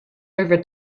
over